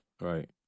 Right